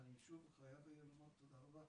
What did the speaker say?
ואני שוב חייב לומר -תודה רבה.